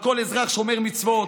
על כל אזרח שומר מצוות,